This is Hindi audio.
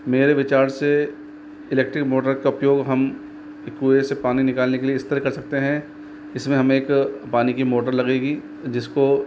मेरे विचार से इलेक्ट्रिक मोटर का उपयोग हम कुए से पानी निकालने के लिए इस तरह का सकते हैं इस में हमे एक पानी की मोटर लगेगी जिसको